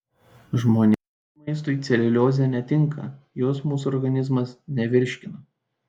žmonėms maistui celiuliozė netinka jos mūsų organizmas nevirškina